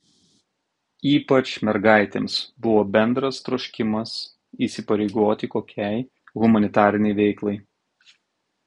ypač mergaitėms buvo bendras troškimas įsipareigoti kokiai humanitarinei veiklai